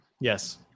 Yes